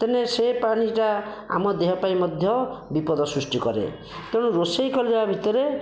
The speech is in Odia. ତେଣୁ ସେ ପାଣିଟା ଆମ ଦେହ ପାଇଁ ମଧ୍ୟ ବିପଦ ସୃଷ୍ଟି କରେ ତେଣୁ ରୋଷେଇ କରିବା ଭିତରେ